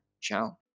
Ciao